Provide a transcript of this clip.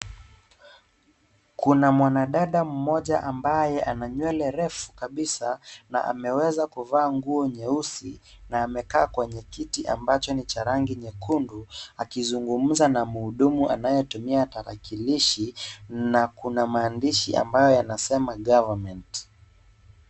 Kuna mwanadada mmoja ambaye ana nywele refu kabisa na ameweza kuvaa nguo nyeusi na amekaa kwenye kiti ambacho ni cha rangi nyekundu akizungumza na mhudumu anatumia tarakilishi na kuna maandishi ambayo yanasema government .